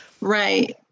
Right